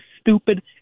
stupid